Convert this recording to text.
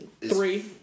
Three